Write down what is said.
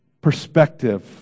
perspective